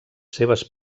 seves